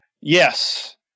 Yes